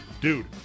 dude